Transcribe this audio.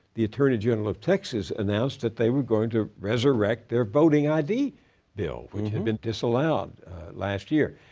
the attorney general of texas announced that they were going to resurrect their voting id bill which had been disallowed last year.